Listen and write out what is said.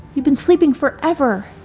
you've been sleeping forever.